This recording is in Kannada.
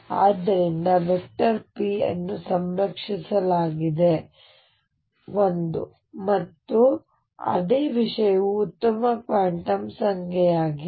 ಆದ್ದರಿಂದ p ಅನ್ನು ಸಂರಕ್ಷಿಸಲಾಗಿದೆ ಒಂದು ಮತ್ತು ಅದೇ ವಿಷಯವು ಉತ್ತಮ ಕ್ವಾಂಟಮ್ ಸಂಖ್ಯೆಯಾಗಿದೆ